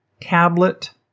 tablet